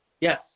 Yes